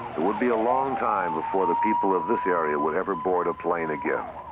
it would be a long time before the people of this area would ever board a plane again.